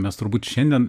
mes turbūt šiandien